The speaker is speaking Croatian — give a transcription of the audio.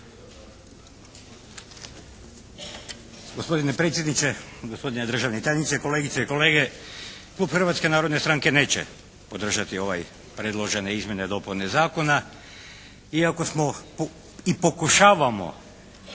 Hrvatske narodne stranke